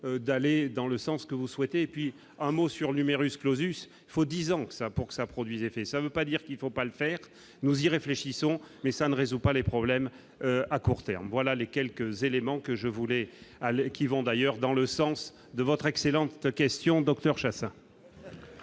d'aller dans le sens que vous souhaitez et puis un mot sur le numerus clausus, il faut 10 ans que ça pour que ça produisait fait ça veut pas dire qu'il faut pas le faire, nous y réfléchissons, mais ça ne résout pas les problèmes à court terme, voilà les quelques éléments que je voulais aller qui vont d'ailleurs dans le sens de votre excellente question Docteur Chassang.